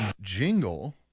jingle